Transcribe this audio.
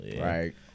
Right